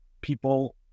people